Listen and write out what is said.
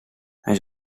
hij